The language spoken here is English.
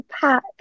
pack